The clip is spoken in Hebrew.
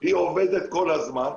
הוועדה עובדת כל הזמן,